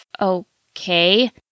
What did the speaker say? Okay